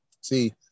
see